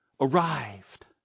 arrived